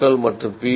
க்கள் மற்றும் பி